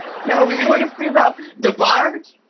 yeah see about debarge?